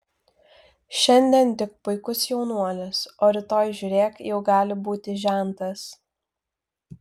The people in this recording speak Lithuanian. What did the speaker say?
šiandien tik puikus jaunuolis o rytoj žiūrėk jau gali būti žentas